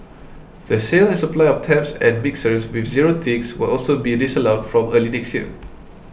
the sale and supply of taps and mixers with zero ticks will also be disallowed from early next year